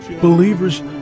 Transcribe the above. Believers